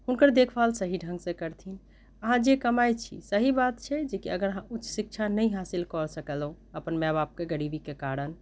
हुनकर देखभाल सही ढङ्गसँ करथिन अहाँ जे कमाइ छी सही बात छै जेकि अगर अहाँ ऊच्च शिक्षा नहि हासिल कऽ सकलहुँ अपन माए बापके गरीबीके कारण